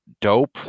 dope